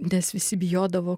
nes visi bijodavo